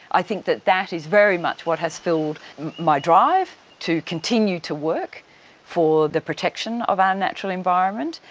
i think that that is very much what has fuelled my drive to continue to work for the protection of our natural environment,